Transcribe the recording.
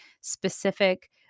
specific